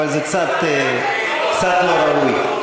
אבל זה קצת לא ראוי,